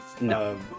No